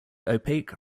opaque